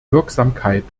wirksamkeit